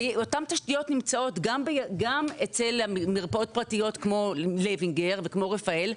ואותן תשתיות נמצאות גם אצל מרפאות פרטיות כמו לוינגר וכמו רפאל,